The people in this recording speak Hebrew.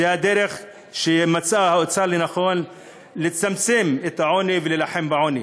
זו הדרך שבה מצא האוצר לנכון לצמצם את העוני ולהילחם בעוני.